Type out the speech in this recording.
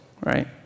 right